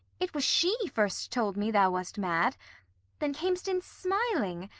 it was she first told me thou wast mad then cam'st in smiling,